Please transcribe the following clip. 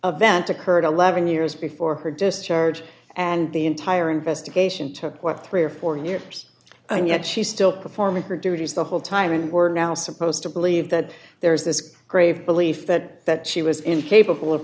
a vent occurred eleven years before her discharge and the entire investigation took what three or four years and yet she still performing her duties the whole time and we're now supposed to believe that there is this grave belief that that she was incapable